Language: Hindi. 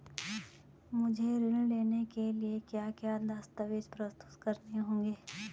मुझे ऋण लेने के लिए क्या क्या दस्तावेज़ प्रस्तुत करने होंगे?